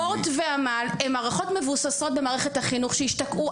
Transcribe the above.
אורט ועמל הם מערכות מבוססות במערכת החינוך שהשתקעו,